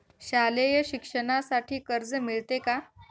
शालेय शिक्षणासाठी कर्ज मिळते का?